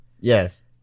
Yes